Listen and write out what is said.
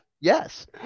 Yes